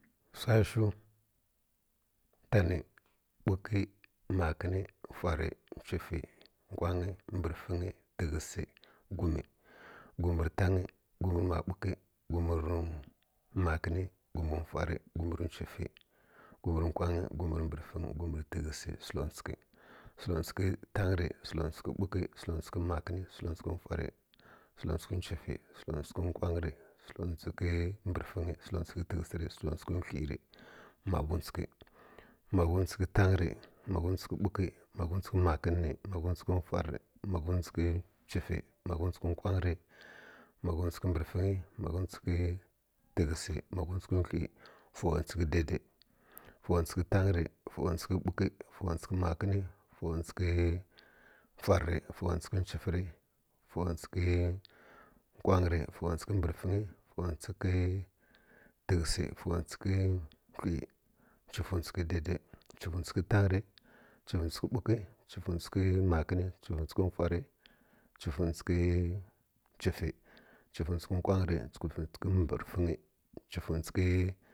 Wsa shiw tani bukə makəni fwari chwifi wkang brfang təghəs hwi ghm gumər tang gumər ma bukə gumər mukən gumər fwaɗ gumər chwif gumar wkang gumər brəfəng gumər rə təghəs səlotsukə səlotsu kə tang rə sək tsukə bukə səlotsukə makən səlotsukə fwar selotsuk chinfa səlotsukə wkang rə səlotsuk brəfəng rə səlotsukə təghəs rə səlotsukə hwi rə maghətsukə maghətsukə tang rə maghətsukə makə r rə, maghətsuk fwar rə maghətsuk chifə rə maghətsuk wkang rə maghətsukə brəfəng rə maghətsukə təghəsɗ maghətsukə hwi rə fuwtskaukə fuwtsukə tang rə fuwtsuk bukə fuwrsukə makən fuwktsuk fwar rə fwutsukə chifa rə fuwstsuk wkang rə fuwtsuk brəfəng rə tfwutsukə təghəsə fuwtsukə hwi rə chiwifutsuka daidai chiwi futsuk tang rə chiwifutsukə makən chiwifutshuk fwar chiwifutsuk chiwifə rə chiwifutsuk wkpang rə chiwifutsukə brəfəng chiwifutsukə